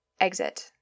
Exit